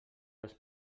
els